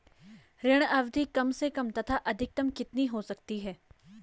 ऋण अवधि कम से कम तथा अधिकतम कितनी हो सकती है?